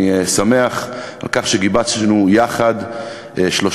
אני שמח על כך שגיבשנו שלושתנו,